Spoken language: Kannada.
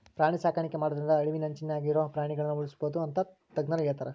ಪ್ರಾಣಿ ಸಾಕಾಣಿಕೆ ಮಾಡೋದ್ರಿಂದ ಅಳಿವಿನಂಚಿನ್ಯಾಗ ಇರೋ ಪ್ರಾಣಿಗಳನ್ನ ಉಳ್ಸ್ಬೋದು ಅಂತ ತಜ್ಞರ ಹೇಳ್ತಾರ